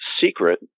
secret